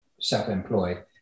self-employed